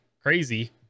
crazy